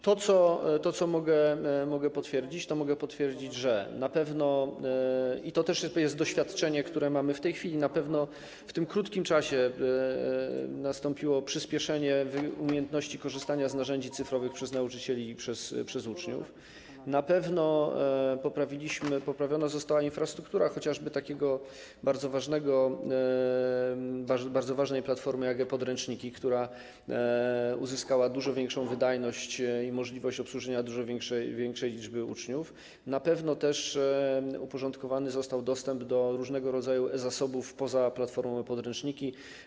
To, co mogę potwierdzić, to mogę potwierdzić, że na pewno, i to też jest doświadczenie, które mamy w tej chwili, w tym krótkim czasie nastąpiło przyspieszenie umiejętności korzystania z narzędzi cyfrowych przez nauczycieli i uczniów, na pewno poprawiona została infrastruktura, chociażby takiej bardzo ważnej platformy, jak e-podręczniki, która uzyskała dużo większą wydajność i możliwość obsłużenia dużo większej liczby uczniów, na pewno też uporządkowany został dostęp do różnego rodzaju e-zasobów poza platformą e-podręczniki.